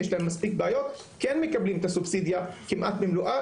יש להם מספיק בעיות כן מקבלים את הסובסידיה כמעט במלואה,